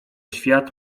świat